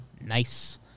Nice